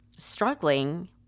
struggling